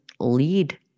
lead